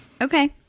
Okay